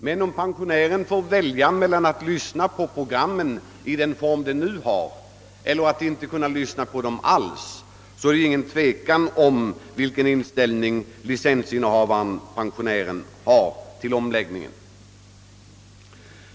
Men om pensionären får välja mellan att lyssna på programmen sådana de nu är eller inte kunna lyssna på dem alls, så är det ingen tvekan om vilken inställning licensinnehavaren-pensionären har till omläggningen.